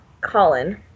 Colin